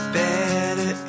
better